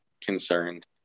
concerned